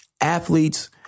athletes